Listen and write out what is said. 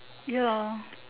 ya